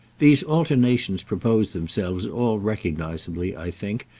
these alternations propose themselves all recogniseably, i think,